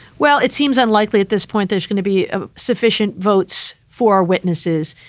well, it seems unlikely at this point there's going to be ah sufficient votes for witnesses.